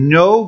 no